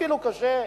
והנה,